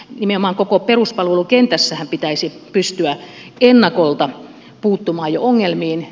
nimenomaan koko peruspalvelukentässähän pitäisi pystyä jo ennakolta puuttumaan ongelmiin